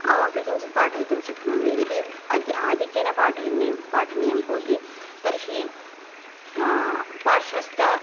अहमपि किञ्चित् पाठयितुं शक्नोमि यदि अदि आधिक्येन पाठनीयं भवति तर्हि पार्श्वस्थ